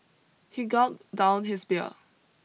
he gulped down his beer